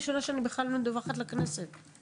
מפכ"ל המשטרה